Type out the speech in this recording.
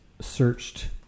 searched